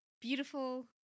beautiful